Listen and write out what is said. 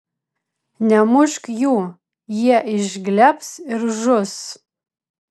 nemušk jų jie išglebs ir žus